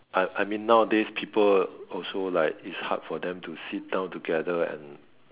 I I mean nowadays people also like is hard for them to sit down together and